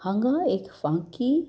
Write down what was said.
हांगा एक फांकी